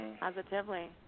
Positively